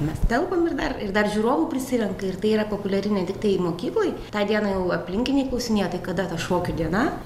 mes telpame ir dar ir dar žiūrovų prisirenka ir tai yra populiari ne tiktai mokykloj tą dieną jau aplinkiniai klausinėja tai kada ta šokių diena